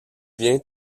vient